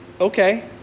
Okay